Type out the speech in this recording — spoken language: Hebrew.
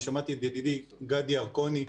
אני שמעתי את ידידי גדי ירקוני,